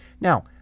Now